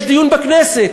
יש דיון בכנסת.